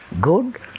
Good